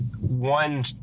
one